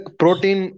protein